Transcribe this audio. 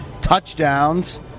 touchdowns